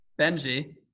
Benji